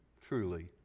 truly